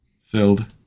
Filled